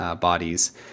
bodies